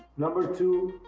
number two,